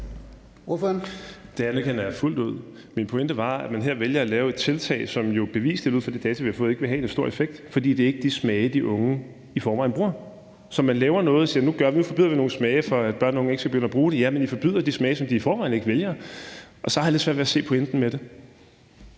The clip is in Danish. Det anerkender jeg fuldt ud. Min pointe var, at man her vælger at lave et tiltag, som jo bevisligt ud fra de data, vi har fået, ikke vil have en stor effekt, fordi det ikke er de smage, de unge i forvejen bruger. Så man forbyder nogle smage, for at børn og unge ikke skal begynde at bruge det – ja, men I forbyder de smage, som de i forvejen ikke vælger, og så har jeg lidt svært ved at se pointen med det.